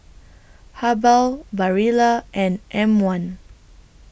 Habhal Barilla and M one